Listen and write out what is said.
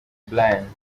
brayan